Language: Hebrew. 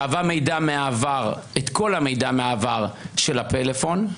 שאבה את כל המידע מהעבר של הפלאפון.